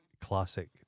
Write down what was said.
classic